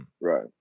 Right